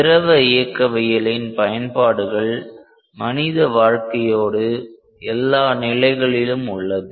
திரவ இயக்கவியலின் பயன்பாடுகள் மனித வாழ்க்கையோடு எல்லா நிலைகளிலும் உள்ளது